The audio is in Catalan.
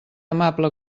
amable